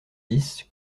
dix